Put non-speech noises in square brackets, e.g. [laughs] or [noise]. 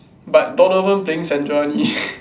but Donovan playing Syndra only [laughs]